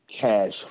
Cash